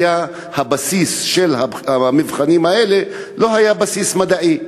הבסיס של המבחנים האלה לא היה בסיס מדעי.